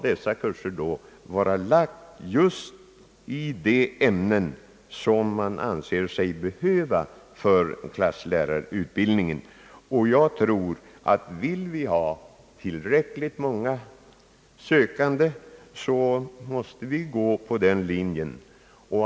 Dessa kurser skall omfatta just de ämnen man anser sig behöva för klasslärarutbildning. Vill vi ha tillräckligt många sökande, tror jag att vi måste gå på den linjen.